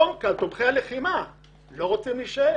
תומכי הלחימה לא רוצים להישאר.